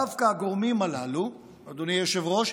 דווקא הגורמים הללו, אדוני היושב-ראש,